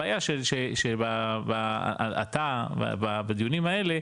הבעיה שאתה בדיונים האלה,